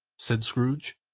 said scrooge.